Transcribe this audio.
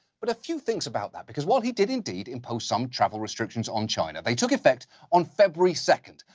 but a few things about that, because while he did indeed impose some travel restrictions on china, they took effect on february second.